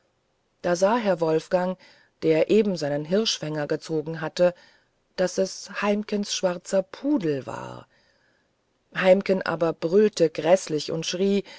da sah herr wolfgang der eben seinen hirschfänger gezogen hatte daß es heimkens schwarzer pudel war heimken aber brüllte gräßlich und schrie